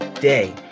day